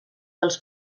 dels